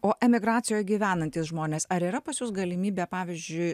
o emigracijoj gyvenantys žmonės ar yra pas jus galimybę pavyzdžiui